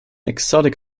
exotic